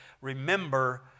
remember